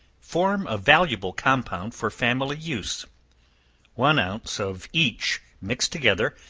form a valuable compound for family use one ounce of each mixed together,